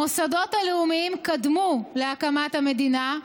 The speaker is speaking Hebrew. המוסדות הלאומיים קדמו להקמת המדינה,